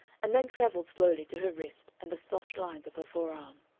and then travelled slowly to her wrist and the soft lines of her forearm.